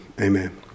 amen